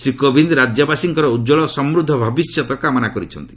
ଶ୍ରୀ କୋବିନ୍ଦ୍ ରାଜ୍ୟବାସୀଙ୍କର ଉଜ୍ଜଳ ଓ ସମୃଦ୍ଧ ଭବିଷ୍ୟତ୍ କାମନା କରିଛନ୍ତି